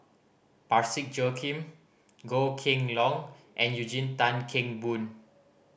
Parsick Joaquim Goh Kheng Long and Eugene Tan Kheng Boon